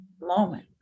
moment